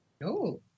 No